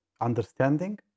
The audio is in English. understanding